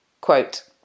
quote